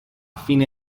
fine